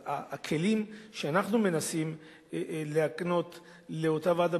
אז הכלים שאנחנו מנסים להקנות לאותה ועדה